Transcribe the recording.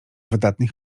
wydatnych